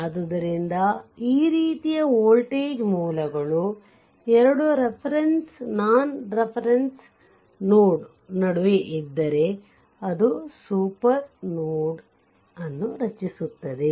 ಆದ್ದರಿಂದ ಈ ರೀತಿಯ ವೋಲ್ಟೇಜ್ ಮೂಲಗಳು 2 ರೆಫರೆನ್ಸ್ ನಾನ್ ರೆಫರೆನ್ಸ್ ನೋಡ್ ನಡುವೆ ಇದ್ದರೆ ಅದು ಸೂಪರ್ ನೋಡ್ ಅನ್ನು ರಚಿಸುತ್ತದೆ